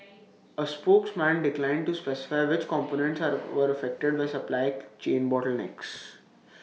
A spokesman declined to specify which components were affected by supply chain bottlenecks